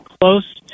close